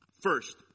First